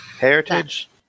heritage